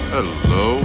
Hello